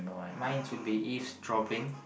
mine would be eavesdropping